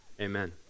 amen